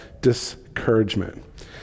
discouragement